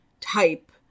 type